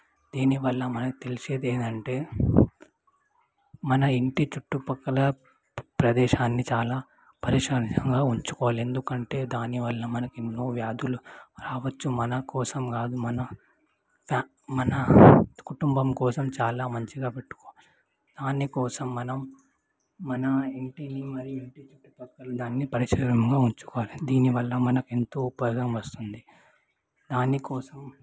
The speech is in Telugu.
దీనివల్ల మనకి తెలిసేది ఏంటంటే మన ఇంటి చుట్టుపక్కల ప్రదేశాన్ని చాలా పరిశుభ్రంగా ఉంచుకోవాలి ఎందుకంటే దానివల్ల మనకు ఎన్నో వ్యాధులు రావచ్చు మన కోసం కాదు మన కుటుం మన కుటుంబం కోసం చాలా మంచిగా పెట్టుకోవాలి దానికోసం మనం మన ఇంటిని మరియు చుట్టుపక్కల దాన్ని పరిశుభ్రంగా ఉంచుకోవాలి దీనివల్ల మనకు ఎంతో ఉపయోగం వస్తుంది దానికోసం